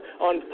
on